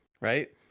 right